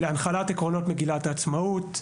לחנך להנחלת העקרונות של מגילת העצמאות,